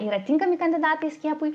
yra tinkami kandidatai skiepui